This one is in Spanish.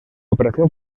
operación